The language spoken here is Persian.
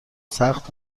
سخت